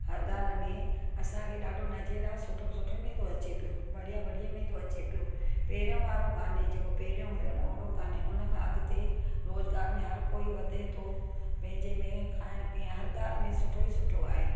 हर ॻाल्हि में असांखे ॾाढो नजेरा सुठे में सुठो अचे थो बढ़िया बढ़िया में अचे थो पहिरियों वारो कान्हे जेको पहिरियों हुयो ओड़ो कान्हे उनखां अॻिते रोज़ुगार में हर कोई वधे थो पंहिंजे में खाइणु पीअणु हर ॻाल्हि में सुठो ई सुठो आहे